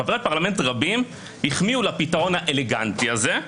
חברי פרלמנט רבים החמיאו לפתרון האלגנטי הזה.